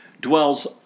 dwells